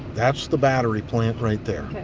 that's the battery plant right there.